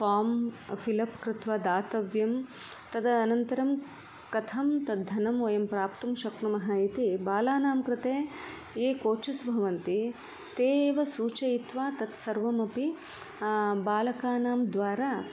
form fill up कृत्त्वा दातव्यं तदनन्तरं कथं तद्धनं वयं प्राप्तुं शक्नुमः इति बालानांकृते ये कोचस् भवन्ति ते एव सूचयित्वा तत् सर्वमपि बालकानां द्वारा